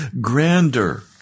grander